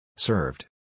Served